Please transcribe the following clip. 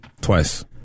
Twice